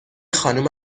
خانوم